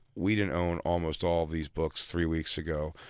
we didn't own almost all of these books three weeks ago.